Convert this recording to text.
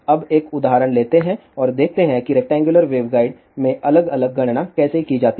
अब एक उदाहरण लेते हैं और देखते हैं कि रेक्टेंगुलर वेवगाइड में अलग अलग गणना कैसे की जाती है